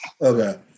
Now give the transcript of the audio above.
Okay